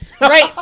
right